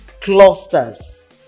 clusters